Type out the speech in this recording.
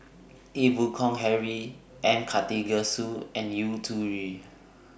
Ee Boon Kong Henry M Karthigesu and Yu Zhuye